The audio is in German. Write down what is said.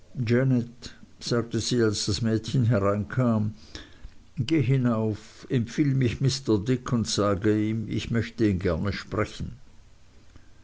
sagte sie als das mädchen hereinkam geh hinauf empfiehl mich mr dick und sage ihm ich möchte ihn gerne sprechen